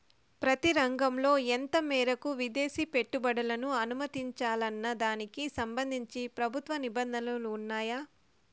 ప్రతి రంగంలో ఎంత మేరకు విదేశీ పెట్టుబడులను అనుమతించాలన్న దానికి సంబంధించి ప్రభుత్వ నిబంధనలు ఉన్నాయా?